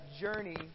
journey